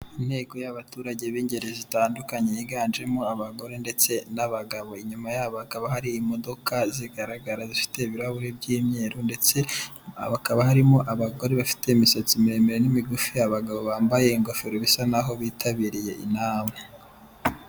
Inteko y'abaturage b'ingeri zitandukanye yiganjemo abagore ndetse n'abagabo ,inyuma yabo hakaba hari imodoka zigaragara zifite ibirahuri by'imyeru ndetse hakaba harimo abagore bafite imisatsi miremire n'imigufi. Abagabo bambaye ingofero bisa naho bitabiriye inama.